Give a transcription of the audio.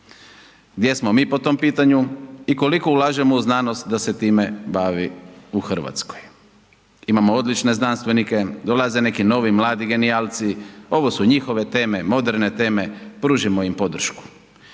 Gdje smo mi po tom pitanju i koliko ulažemo u znanost da se time bavi u Hrvatskoj? Imamo odlučne znanstvenike, dolaze neki novi mladi genijalci, ovo su njihove teme, moderne teme, pružimo im podršku.